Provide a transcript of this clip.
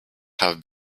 have